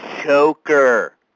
choker